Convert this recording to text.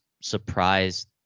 surprised